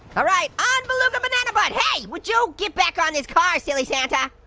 all right, on beluga bananabutt! hey, would you get back on this car, silly santa!